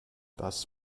das